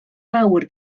mawr